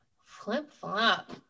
flip-flop